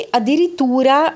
addirittura